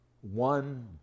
one